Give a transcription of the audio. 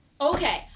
Okay